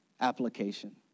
Application